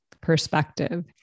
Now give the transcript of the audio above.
perspective